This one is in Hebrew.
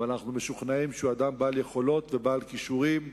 אבל אנחנו משוכנעים שהוא אדם בעל יכולות ובעל כישורים.